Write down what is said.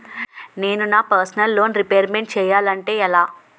నేను నా personal loan repayment చేయాలంటే ఎలా?